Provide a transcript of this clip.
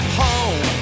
home